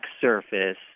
surface